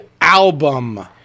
album